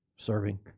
Serving